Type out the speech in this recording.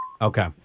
Okay